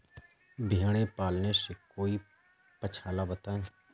भेड़े पालने से कोई पक्षाला बताएं?